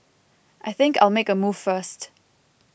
I think I'll make a move first